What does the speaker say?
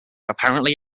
apparently